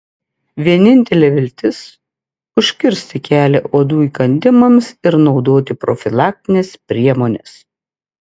vienintelė viltis užkirsti kelią uodų įkandimams ir naudoti profilaktines priemones